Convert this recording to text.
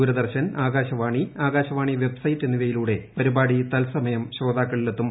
Doordarshan Akashvani Akashvani website എന്നിവയിലൂടെ പരിപാടി തൽസമയം ശ്രോതാക്കളിലെത്തും